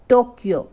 Tokyo